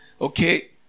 Okay